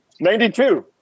92